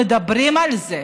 מדברים על זה.